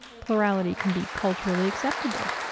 plurality can be culturally acceptable.